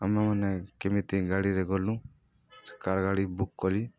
ଆମେ ମାନେ କେମିତି ଗାଡ଼ିରେ ଗଲୁ କାର ଗାଡ଼ି ବୁକ୍ କଲି